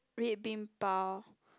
red bean pao